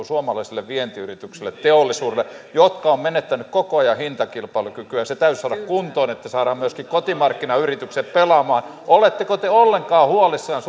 suomalaisille vientiyrityksille teollisuudelle jotka ovat menettäneet koko ajan hintakilpailukykyä se täytyisi saada kuntoon että saadaan myöskin kotimarkkinayritykset pelaamaan oletteko te ollenkaan huolissanne